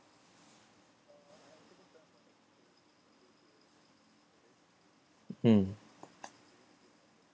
mm